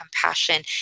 compassion